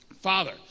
Father